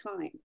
time